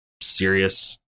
serious